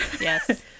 yes